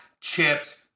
chips